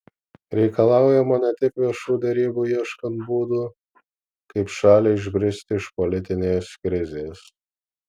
reikalaujama ne tik viešų derybų ieškant būdų kaip šaliai išbristi iš politinės krizės